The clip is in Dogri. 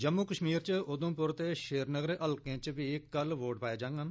जम्मू कश्मीर च उघमपुर ते श्रीनगर हल्कें च बी कल वोट पाए जांडन